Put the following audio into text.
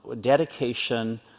dedication